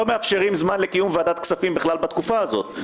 מאפשרים זמן לקיום ועדת כספים בכלל בתקופה הזאת.